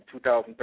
2013